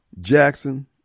Jackson